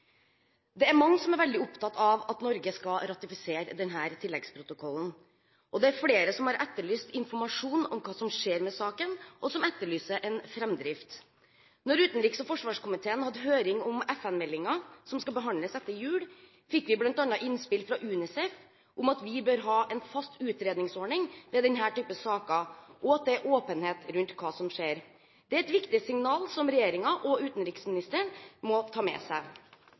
Det er mange som er veldig opptatt av at Norge skal ratifisere denne tilleggsprotokollen. Det er flere som har etterlyst informasjon om hva som skjer med saken, og som etterlyser en framdrift. Da utenriks- og forsvarskomiteen hadde høring om FN-meldingen, som skal behandles etter jul, fikk vi bl.a. innspill fra UNICEF om at vi bør ha en fast utredningsordning ved denne typen saker, og at det bør være åpenhet rundt hva som skjer. Det er et viktig signal som regjeringen og utenriksministeren må ta med seg.